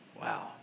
Wow